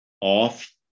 off